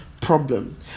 problem